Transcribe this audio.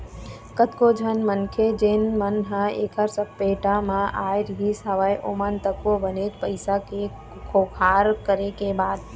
कतको झन मनखे जेन मन ह ऐखर सपेटा म आय रिहिस हवय ओमन तको बनेच पइसा के खोहार करे के बाद